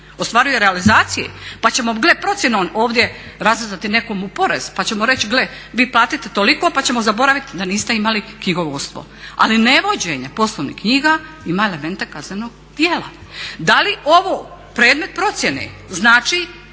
ostvaruje realizacije pa ćemo gle procjenom ovdje razrezati nekomu porez, pa ćemo reći gle vi platite toliko, pa ćemo zaboravit da niste imali knjigovodstvo. Ali ne vođenje poslovnih knjiga ima elemente kaznenog djela. Da li ovo predmet procjene znači